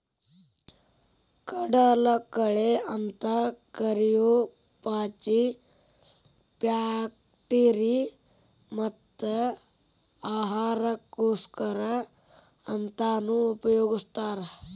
ಕಡಲಕಳೆ ಅಂತ ಕರಿಯೋ ಪಾಚಿ ಫ್ಯಾಕ್ಟರಿ ಮತ್ತ ಆಹಾರಕ್ಕೋಸ್ಕರ ಅಂತಾನೂ ಉಪಯೊಗಸ್ತಾರ